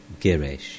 Girish